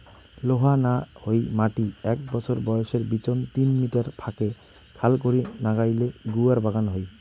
লোহা না হই মাটি এ্যাক বছর বয়সের বিচোন তিন মিটার ফাকে খাল করি নাগাইলে গুয়ার বাগান হই